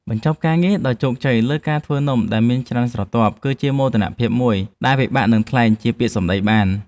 បញ្ចប់ការងារដោយជោគជ័យលើការធ្វើនំដែលមានច្រើនស្រទាប់ គឺជាមោទនភាពមួយដែលពិបាកនឹងថ្លែងជាពាក្យសម្ដីបាន។